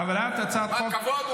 מה כבוד?